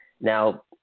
Now